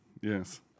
Yes